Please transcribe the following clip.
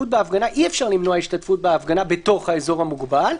אי אפשר למנוע השתתפות בהפגנה בתוך האזור המוגבל.